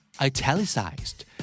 Italicized